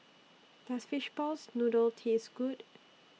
Does Fishball Noodle Taste Good